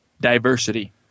diversity